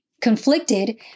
Conflicted